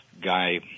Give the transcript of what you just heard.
guy